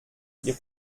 ihr